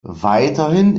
weiterhin